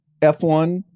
F1